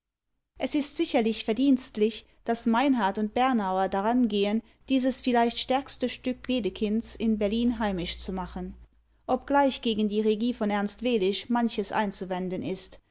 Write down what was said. es ist sicherlich verdienstlich daß meinhard und bernauer darangehen dieses vielleicht stärkste stück wedekinds in berlin heimisch zu machen obgleich gegen die regie von ernst welisch manches einzuwenden ist